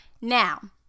now